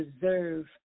deserve